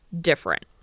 different